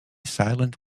silent